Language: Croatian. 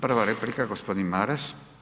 Prva replika g. Maras.